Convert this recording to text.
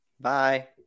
Bye